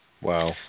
Wow